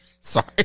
sorry